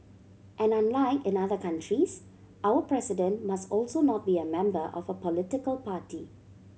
and unlike in other countries our president must also not be a member of a political party